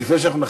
אז לפני שנכריע,